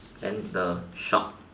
then the shop